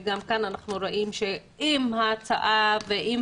וגם כאן אנחנו רואים - עם ההצעה ועם